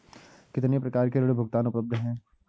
कितनी प्रकार के ऋण भुगतान उपलब्ध हैं?